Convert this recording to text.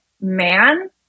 man